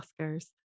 Oscars